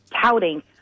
touting